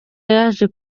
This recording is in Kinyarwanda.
yaje